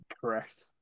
Correct